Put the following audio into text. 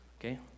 okay